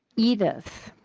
edith.